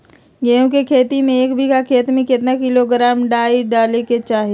गेहूं के खेती में एक बीघा खेत में केतना किलोग्राम डाई डाले के होई?